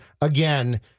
again